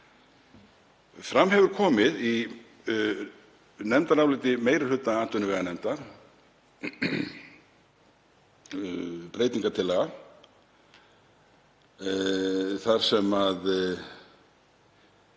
Fram hefur komið í nefndaráliti meiri hluta atvinnuveganefndar breytingartillaga þar sem